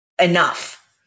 enough